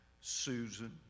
Susan